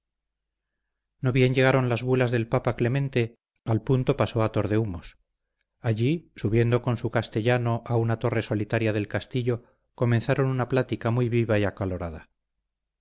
no bien llegaron las bulas del papa clemente al punto pasó a tordehumos allí subiendo con su castellano a una torre solitaria del castillo comenzaron una plática muy viva y acalorada